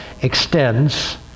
extends